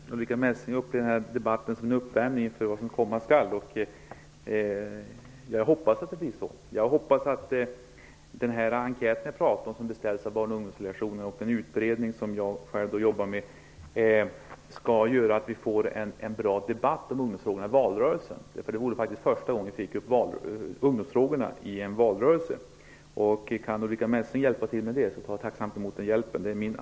Herr talman! Ulrica Messing upplever den här debatten som en uppvärmning inför vad som komma skall, och jag hoppas att det blir så. Jag hoppas att enkäten vi pratar om, som beställdes av Barn och ungdomsdelegationen, och den utredning som jag själv jobbar med skall göra att vi får en bra debatt om ungdomsfrågorna i valrörelsen. Det vore faktiskt första gången vi fick upp ungdomsfrågorna i en valrörelse. Kan Ulrica Messing hjälpa till med det, tar jag tacksamt emot den hjälpen.